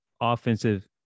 offensive